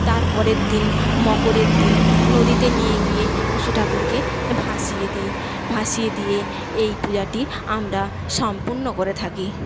তারপরের দিন মকরের দিন নদীতে নিয়ে গিয়ে টুসু ঠাকুরকে ভাসিয়ে দিই ভাসিয়ে দিয়ে এই পূজাটি আমরা সম্পূর্ণ করে থাকি